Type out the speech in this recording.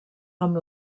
amb